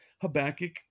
Habakkuk